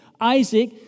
Isaac